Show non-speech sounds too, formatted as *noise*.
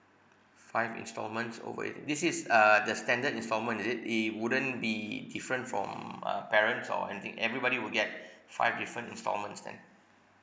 five instalments over eighteen this is uh the standard instalment is it it wouldn't be different from uh parents or anything everybody will get *breath* five different instalments then